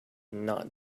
not